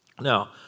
Now